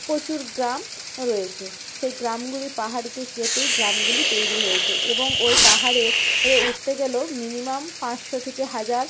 প্রচুর গ্রাম রয়েছে সেই গ্রামগুলি পাহাড়কে কেটে গ্রামগুলি তৈরি হয়েছে এবং ওই পাহাড়ে উঠতে গেলেও মিনিমাম পাঁচশো থেকে হাজার